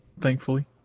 thankfully